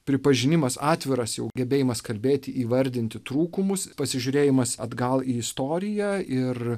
pripažinimas atviras jo gebėjimas kalbėti įvardinti trūkumus pasižiūrėjimas atgal į istoriją ir